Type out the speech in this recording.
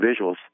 visuals